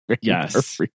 Yes